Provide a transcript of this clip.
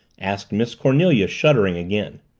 asked miss cornelia, shuddering again.